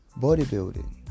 bodybuilding